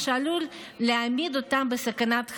מה שעלול להעמיד אותם בסכנת חיים.